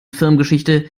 firmengeschichte